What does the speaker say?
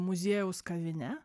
muziejaus kavine